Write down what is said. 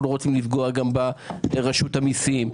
אנחנו לא רוצים לפגוע ברשות המסים.